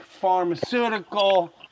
pharmaceutical